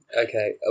Okay